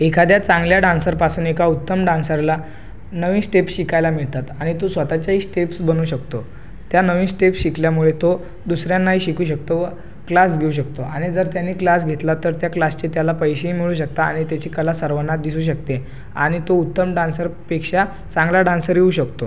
एखाद्या चांगल्या डान्सरपासून एका उत्तम डान्सरला नवीन स्टेप शिकायला मिळतात आणि तो स्वतःच्याही स्टेप्स बनवू शकतो त्या नवीन स्टेप्स शिकल्यामुळे तो दुसऱ्यांनाही शिकवू शकतो व क्लास घेऊ शकतो आणि जर त्याने क्लास घेतला तर त्या क्लासचे त्याला पैसेही मिळू शकतात आणि त्याची कला सर्वांना दिसू शकते आणि तो उत्तम डान्सरपेक्षा चांगला डान्सर होऊ शकतो